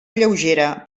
lleugera